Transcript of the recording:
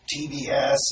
TBS